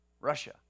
Russia